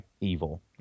evil